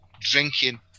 drinking